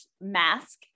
mask